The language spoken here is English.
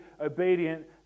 obedient